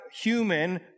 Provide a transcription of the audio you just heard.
human